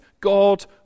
God